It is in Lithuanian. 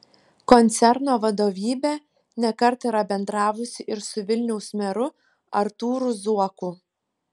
koncerno vadovybė ne kartą yra bendravusi ir su vilniaus meru artūru zuoku